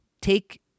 take